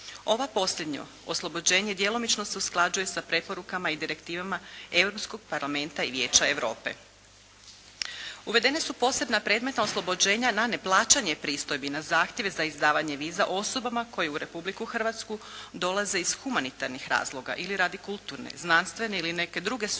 Ova posljednje oslobođenja djelomično se usklađuje sa preporukama i direktivama Europskog parlamenta i Vijeća Europe. Uvedena su posebna predmetna oslobođenja na neplaćanje pristojbi na zahtjeve za izdavanje viza osobama koje u Republiku Hrvatsku dolaze iz humanitarnih razloga ili radi kulturne, znanstvene ili neke druge suradnje